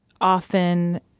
often